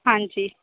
ਹਾਂਜੀ